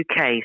UK